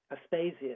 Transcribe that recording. Aspasia